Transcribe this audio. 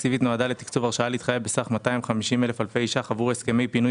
תקצוב הרשאה להתחייב בסך 250,000 אלפי ₪ עבור הסכמי פינוי